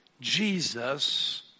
Jesus